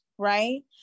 right